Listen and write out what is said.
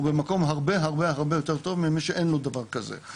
הוא במקום הרבה הרבה הרבה יותר טוב מאשר מישהו שאין לו דבר כזה.